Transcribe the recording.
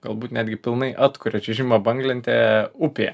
galbūt netgi pilnai atkuria čiuožimą banglente upėje